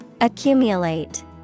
Accumulate